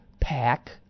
pack